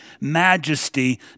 majesty